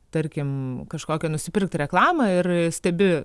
tarkim kažkokią nusipirkti reklamą ir stebi